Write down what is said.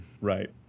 Right